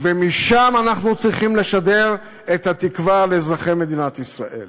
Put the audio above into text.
ומשם אנחנו צריכים לשדר את התקווה למדינת ישראל.